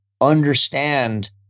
understand